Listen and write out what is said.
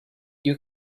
you